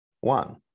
One